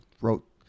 wrote